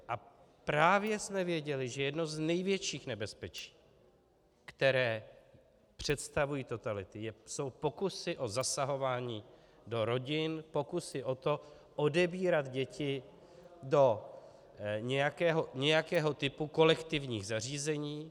A právě jsme věděli, že jedno z největších nebezpečí, které představují totality, jsou pokusy o zasahování do rodin, pokusy o to odebírat děti do nějakého typu kolektivních zařízení.